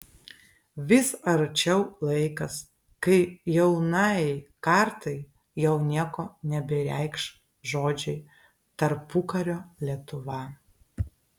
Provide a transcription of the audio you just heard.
vis arčiau laikas kai jaunajai kartai jau nieko nebereikš žodžiai tarpukario lietuva